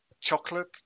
chocolate